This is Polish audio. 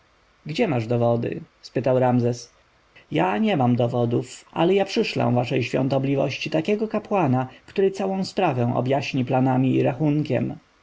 gdzie masz dowody spytał ramzes ja nie mam dowodów ale ja przyszlę waszej świątobliwości takiego kapłana który całą sprawę objaśni planami i rachunkiem